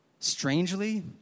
Strangely